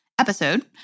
episode